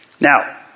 Now